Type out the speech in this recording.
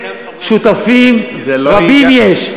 שותפים רבים יש,